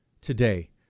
today